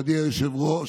מכובדי היושב-ראש,